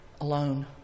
alone